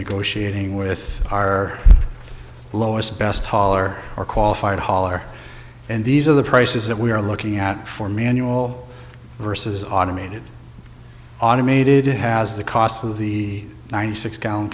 negotiating with our lowest best hauler or qualified hauler and these are the prices that we are looking at for manual versus automated automated has the cost of the ninety six